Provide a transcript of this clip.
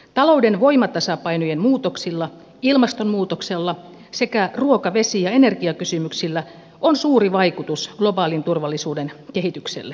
talouden voimatasapainojen muutoksilla ilmastonmuutoksella sekä ruoka vesi ja energiakysymyksillä on suuri vaikutus globaalin turvallisuuden kehitykselle